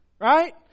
right